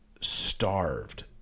starved